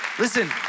Listen